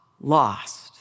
lost